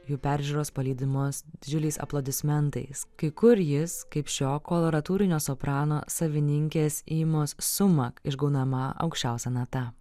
jų peržiūros palydimos didžiuliais aplodismentais kai kur jis kaip šio koloratūrinio soprano savininkės imos suma išgaunama aukščiausia nata